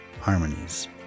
harmonies